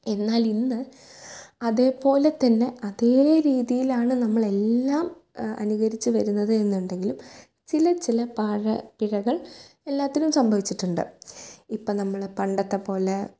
എന്നാലിന്ന് അതേപോലെ തന്നെ അതേ രീതിയിലാണ് നമ്മളെല്ലാം അനുകരിച്ച് വരുന്നത് എന്നുണ്ടെങ്കിലും ചില ചില പാകപ്പിഴകൾ എല്ലാത്തിനും സംഭവിച്ചിട്ടുണ്ട് ഇപ്പം നമ്മൾ പണ്ടത്തെ പോലെ